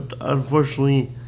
unfortunately